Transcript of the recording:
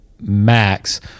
Max